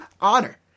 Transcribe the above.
honor